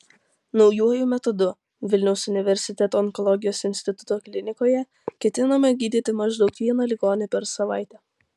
naujuoju metodu vilniaus universiteto onkologijos instituto klinikoje ketinama gydyti maždaug vieną ligonį per savaitę